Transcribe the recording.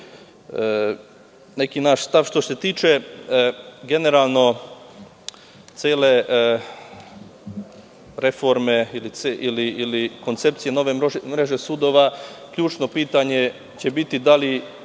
neki naš stav. Što se tiče generalno cele reforme ili koncepcije nove mreže sudova, ključno pitanje će biti da li